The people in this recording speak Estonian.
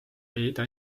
leida